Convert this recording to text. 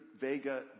Vega